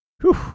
whew